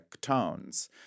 tones